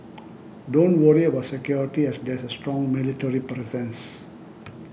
don't worry about security as there's a strong military presence